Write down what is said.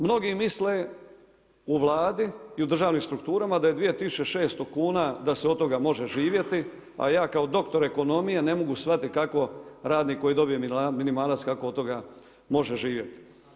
Mnogi misle u Vladi i u državnim strukturama, da je 2600 kn, da se od toga može živjeti, a ja kao doktor ekonomije, ne mogu shvatiti, kako radnik, koji dobije minimalac kako od toga može živjeti.